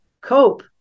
cope